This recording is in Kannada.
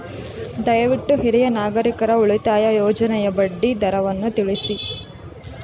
ದಯವಿಟ್ಟು ಹಿರಿಯ ನಾಗರಿಕರ ಉಳಿತಾಯ ಯೋಜನೆಯ ಬಡ್ಡಿ ದರವನ್ನು ತಿಳಿಸಿ